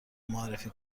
معرفی